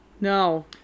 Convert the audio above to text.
No